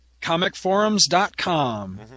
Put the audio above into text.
Comicforums.com